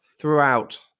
throughout